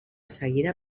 seguida